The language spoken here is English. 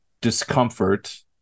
discomfort